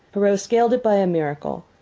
perrault scaled it by a miracle,